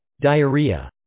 diarrhea